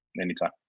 Anytime